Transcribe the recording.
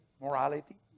morality